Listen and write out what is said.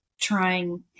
trying